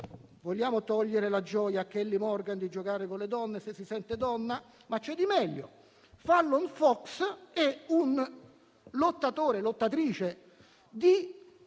vogliamo togliere la gioia a Kelly Morgan di giocare con le donne, se si sente donna? Ma c'è di meglio. Fallon Fox è un lottatore o lottatrice di